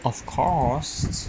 of course